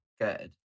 good